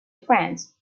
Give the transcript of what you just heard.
france